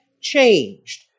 changed